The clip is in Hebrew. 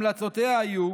המלצותיה היו